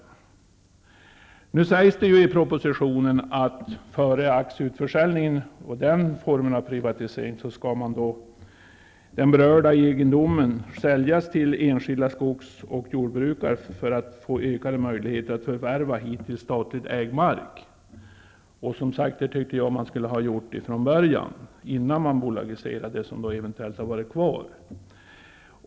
I propsitionen sägs det att den berörda egendomen före aktieutförsäljningen, och den formen av privatisering, skall säljas till enskilda skogs och jordbrukare för att öka möjligheterna till att förvärva hittills statligt ägd mark. Det tycker jag som sagt att man skulle ha gjort från början, innan man bolagiserde det som eventuellt hade varit kvar.